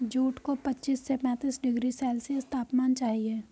jute को पच्चीस से पैंतीस डिग्री सेल्सियस तापमान चाहिए